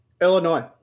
Illinois